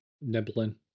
nibbling